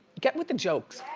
get with the jokes!